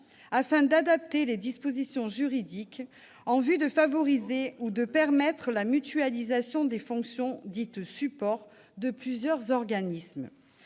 afin d'adapter les dispositions juridiques en vue de favoriser ou de permettre la mutualisation des fonctions dites « support » de plusieurs organismes.